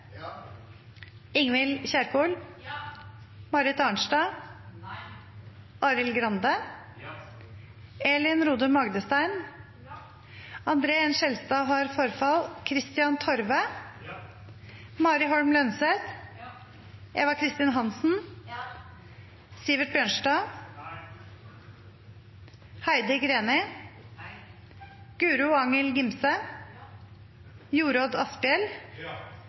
Ingvild Kjerkol, Arild Grande, Elin Rodum Agdestein, Kristian Torve, Mari Holm Lønseth, Eva Kristin Hansen, Guro Angell Gimse, Jorodd Asphjell,